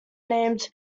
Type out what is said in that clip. named